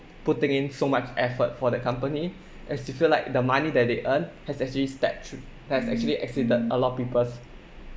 putting in so much effort for the company as you feel like the money that they earn has actually stacked through has actually exceeded a lot of people's